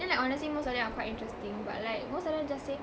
then like honestly most of them are quite interesting but like most of them just say